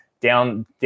down